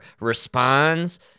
responds